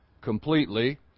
completely